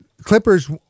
Clippers